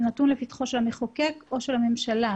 זה נתון לפתחו של המחוקק או של הממשלה.